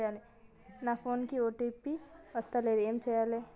నా ఫోన్ కి ఓ.టీ.పి వస్తలేదు ఏం చేయాలే?